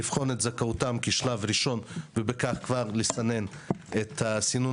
לבחון את זכאותם כשלב ראשון ובכך לסנן את הסינון